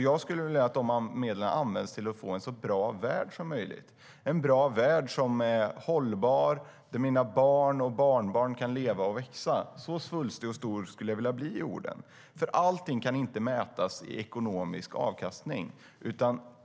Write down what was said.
Jag skulle vilja att de medlen användes till att få en så bra värld som möjligt - en bra värld som är hållbar, där mina barn och barnbarn kan leva och växa. Så svulstig och stor skulle jag vilja bli i orden. Allt kan inte mätas i ekonomisk avkastning.